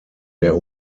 der